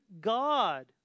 God